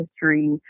history